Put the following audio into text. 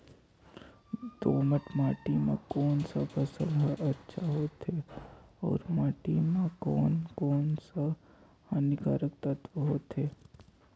दोमट माटी मां कोन सा फसल ह अच्छा होथे अउर माटी म कोन कोन स हानिकारक तत्व होथे?